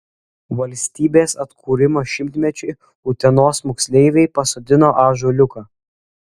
valstybės atkūrimo šimtmečiui utenos moksleiviai pasodino ąžuoliuką